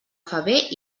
faver